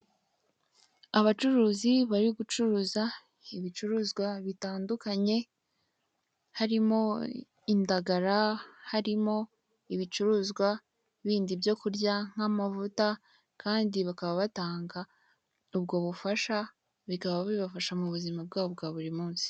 Abacuruzi bari gucuraza ibicuruzwa bitandunye. Harimo indagara, Harimo ibicuruzwa bindi byo kurya nk'amavuta kandi bakaba batanga ubwo fusasha. Bikaba bibafasha mubuzima bwabo bwa buri munsi.